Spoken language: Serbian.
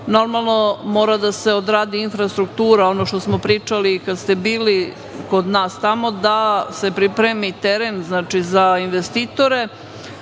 Normalno, mora da se odradi infrastruktura, ono što smo pričali kada ste bili kod nas tamo, da se pripremi teren za investitore. Imate